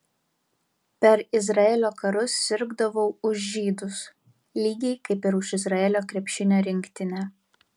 per izraelio karus sirgdavau už žydus lygiai kaip ir už izraelio krepšinio rinktinę